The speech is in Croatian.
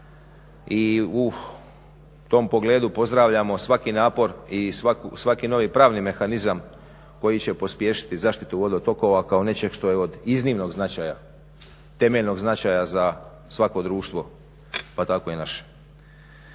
i u tom pogledu pozdravljamo svaki napor i svaku novi pravni mehanizam koji će pospješiti zaštitu vodotkova kao nečeg što je od iznimnog značaja temeljnog značaja za svako društvo pa tako i naše.